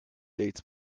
dates